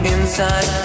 Inside